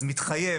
אז מתחייב,